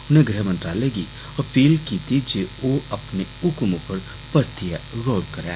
उनें गृह मंत्रालय गी अपील कीती जे ओह् अपने हुक्म उप्पर परतियें गोर करै